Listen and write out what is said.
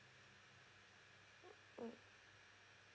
mm